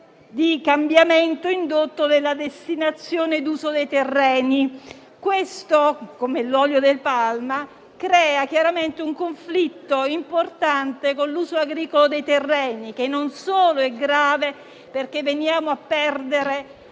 di cambiamento indiretto di destinazione d'uso dei terreni, come l'olio di palma. Ciò crea chiaramente un conflitto importante con l'uso agricolo dei terreni, che non solo è grave perché veniamo a perdere